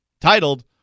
titled